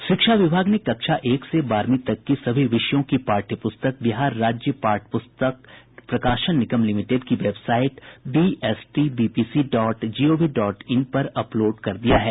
शिक्षा विभाग ने कक्षा एक से बारहवीं तक की सभी विषयों की पाठ्य प्रस्तक बिहार राज्य पाठ्य प्रस्तक प्रकाशन निगम लिमिटेड की website BSTBPC dot GOV dot in पर अपलोड कर दिया गया है